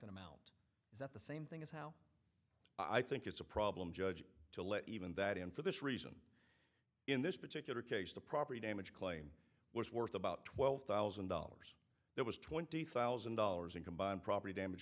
that amount is not the same thing as how i think it's a problem judge to let even that in for this reason in this particular case the property damage claim was worth about twelve thousand dollars that was twenty thousand dollars in combined property damage